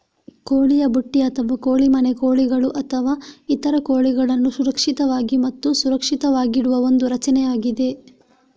ಕೋಳಿಯ ಬುಟ್ಟಿ ಅಥವಾ ಕೋಳಿ ಮನೆ ಕೋಳಿಗಳು ಅಥವಾ ಇತರ ಕೋಳಿಗಳನ್ನು ಸುರಕ್ಷಿತವಾಗಿ ಮತ್ತು ಸುರಕ್ಷಿತವಾಗಿಡುವ ಒಂದು ರಚನೆಯಾಗಿದೆ